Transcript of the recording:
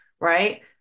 right